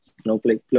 snowflake